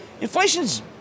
Inflation's